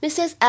Mrs